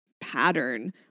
pattern